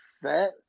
set